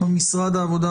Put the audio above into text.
ממשרד העבודה,